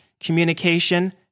communication